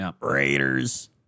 Raiders